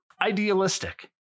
idealistic